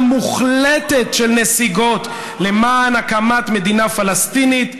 מוחלטת של נסיגות למען הקמת מדינה פלסטינית,